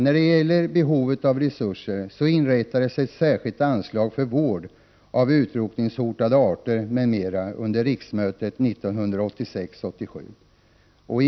När det gäller behovet av resurser inrättades ett särskilt anslag för vård av utrotningshotade arter m.m. under riksmötet 1986/87.